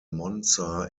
monza